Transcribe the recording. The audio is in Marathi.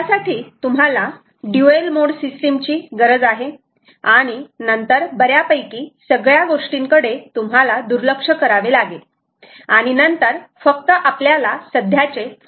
त्यासाठी तुम्हाला ड्युएल मोड सिस्टीम ची गरज आहे आणि नंतर बऱ्यापैकी सगळ्या गोष्टींकडे तुम्हाला दुर्लक्ष करावे लागेल आणि नंतर फक्त आपल्याला सध्याचे 4